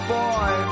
boy